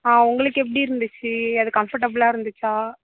ஆ உங்களுக்கு எப்படி இருந்துச்சு அது கம்பர்டபுளாக இருந்துச்சா